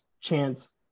chance